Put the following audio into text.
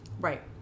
Right